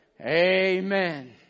Amen